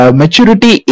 maturity